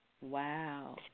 Wow